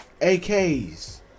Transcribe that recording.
AKs